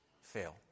fail